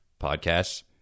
podcasts